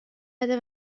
بده